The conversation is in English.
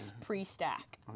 pre-stack